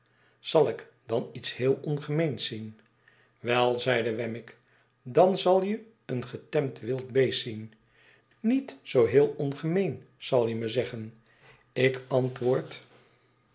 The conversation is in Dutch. zal ik dan iets heel ongemeens zien wei zeide wemmick dan zal jeeengetemd wild beest zien niet zoo heel ongemeen zal je me zeggen ik antwoord